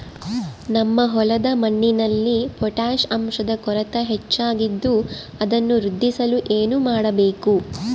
ನಮ್ಮ ಹೊಲದ ಮಣ್ಣಿನಲ್ಲಿ ಪೊಟ್ಯಾಷ್ ಅಂಶದ ಕೊರತೆ ಹೆಚ್ಚಾಗಿದ್ದು ಅದನ್ನು ವೃದ್ಧಿಸಲು ಏನು ಮಾಡಬೇಕು?